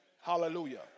Hallelujah